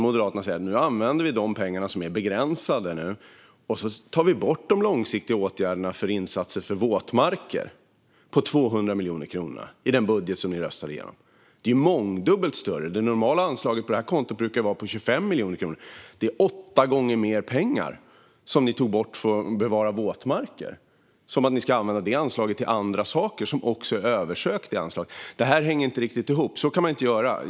Moderaterna säger att vi nu ska använda de pengar som är begränsade och ta bort de långsiktiga åtgärderna för insatser för våtmarker på 200 miljoner kronor. Det var så i den budget som ni röstade igenom. Det är mångdubbelt större. Det normala anslaget på detta konto brukar vara på 25 miljoner kronor. Det är åtta gånger mer pengar som ni tog bort från att bevara våtmarker. Ni ska använda det anslaget till andra saker trots att anslaget är översökt. Det här hänger inte riktigt ihop; så kan man inte göra.